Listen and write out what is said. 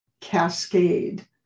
cascade